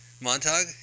Montag